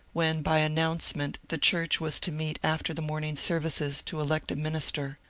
when by announcement the church was to meet after the morning services to elect a minister,